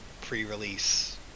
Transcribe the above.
pre-release